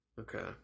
Okay